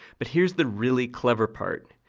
but here's the really clever part.